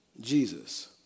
Jesus